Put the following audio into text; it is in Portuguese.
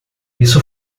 isso